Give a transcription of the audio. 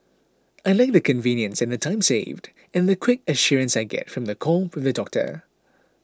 I like the convenience and time saved and the quick assurance I get from the call with the doctor